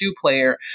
player